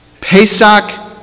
Pesach